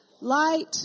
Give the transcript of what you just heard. Light